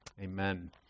Amen